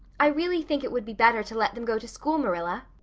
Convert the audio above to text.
i really think it would be better to let them go to school, marilla.